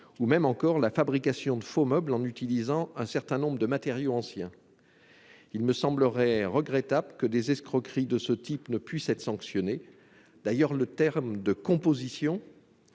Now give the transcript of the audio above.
aussi penser à la fabrication de faux meubles, en utilisant des matériaux anciens. Il me semblerait regrettable que des escroqueries de ce type ne puissent pas être sanctionnées. D'ailleurs, le terme de « composition »